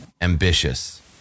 ambitious